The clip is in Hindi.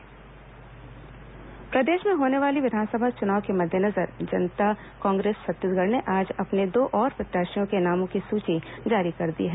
जकांछ प्रत्याशी सूची प्रदेश में होने वाले विधानसभा चुनाव के मद्देनजर जनता कांग्रेस छत्तीसगढ़ ने आज अपने दो और प्रत्याशियों के नामों की सूची जारी कर दी है